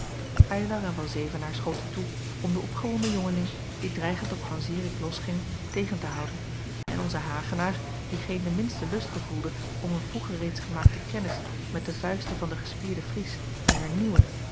eylar en van zevenaer schoten toe om den opgewonden jongeling die dreigend op van zirik losging tegen te houden en onze hagenaar die geen de minste lust gevoelde om een vroeger reeds gemaakte kennis met de vuisten van den gespierden fries te hernieuwen